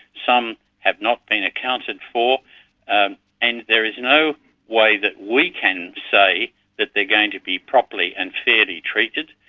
some have not been accounted for ah and there is no way that we can say that they're going to be properly and fairly treated.